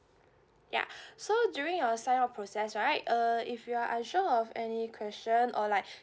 ya so during your sign up process right uh if you are unsure of any question or like